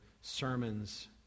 sermons